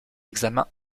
examen